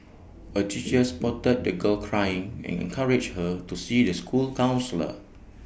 A teacher spotted the girl crying and encouraged her to see the school counsellor